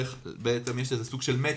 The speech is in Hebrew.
יש איזה סוג של matching,